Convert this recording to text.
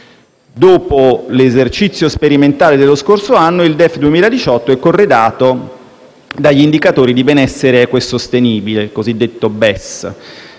Dopo l'esercizio sperimentale dello scorso anno, il DEF 2018 è corredato dagli indicatori di benessere equo e sostenibile (il cosiddetto BES):